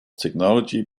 technology